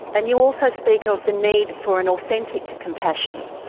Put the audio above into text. and you also speak of the need for an authentic compassion,